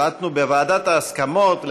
החלטנו בוועדת ההסכמות,